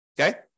Okay